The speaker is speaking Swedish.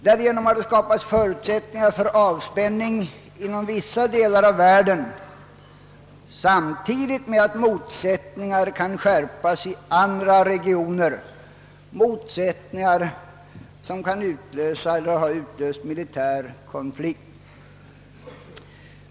Därigenom har skapats förutsättningar för avspänning inom vissa delar av världen, samtidigt som motsättningar kan skärpas i andra regioner, motsättningar som kan utlösa eller har utlöst militär konflikt.